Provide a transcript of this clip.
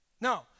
No